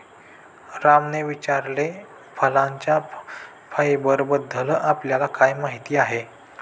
रामने विचारले, फळांच्या फायबरबद्दल आपल्याला काय माहिती आहे?